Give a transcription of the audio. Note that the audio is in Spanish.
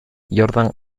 jordan